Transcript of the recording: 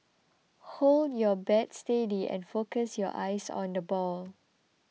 hold your bat steady and focus your eyes on the ball